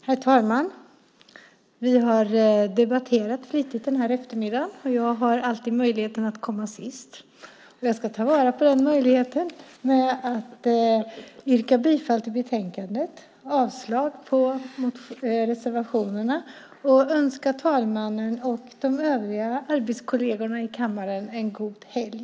Herr talman! Vi har debatterat flitigt den här eftermiddagen. Jag har alltid möjligheten att komma sist. Jag ska ta vara på den möjligheten genom att yrka bifall till förslagen i betänkandet och avslag på reservationerna och önska talmannen och de övriga arbetskollegerna i kammaren en god helg.